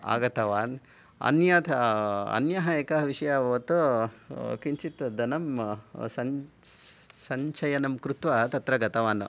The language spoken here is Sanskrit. आगतवान् अन्यथा अन्यः एकः विषयः अभवत् किञ्चित् धनं सञ्च् सञ्चयनं कृत्वा तत्र गतवान्